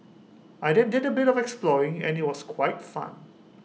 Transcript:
I then did A bit of exploring and IT was quite fun